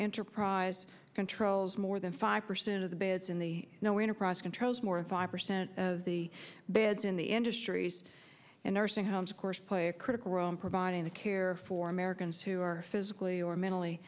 enterprise controls more than five percent of the beds in the no enterprise controls more than five percent of the beds in the industries and nursing homes of course play a critical role in providing the care for americans who are physically or mentally